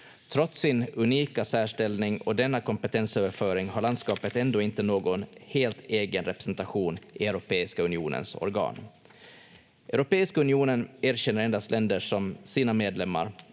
Trots sin unika särställning och denna kompetensöverföring har landskapet ändå inte någon helt egen representation i Europeiska unionens organ. Europeiska unionen erkänner endast länder som sina medlemmar